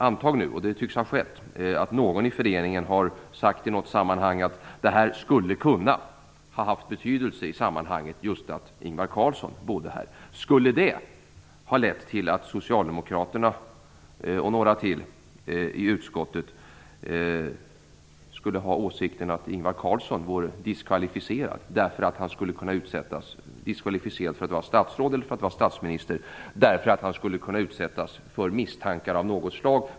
Antag nu - det tycks ha skett - att någon i föreningen i något sammanhang har sagt att det skulle kunna ha haft betydelse i sammanhanget att just Ingvar Carlsson bor där. Skulle det ha lett till att socialdemokraterna och några till i utskottet skulle ansett att Ingvar Carlsson vore diskvalificerad för att vara statsråd eller för att vara statsminister därför att han skulle kunna utsättas för misstankar av något slag?